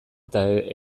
eta